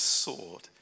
sword